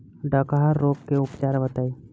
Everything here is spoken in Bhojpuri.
डकहा रोग के उपचार बताई?